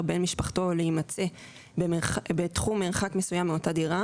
בן משפחתו או להימצא בתחום מרחק מסוים מאותה דירה